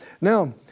Now